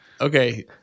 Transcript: Okay